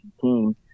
team